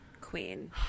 Queen